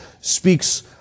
speaks